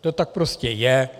To tak prostě je.